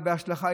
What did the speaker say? בהשלכה,